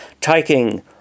Taking